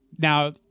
Now